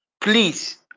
Please